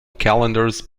calendars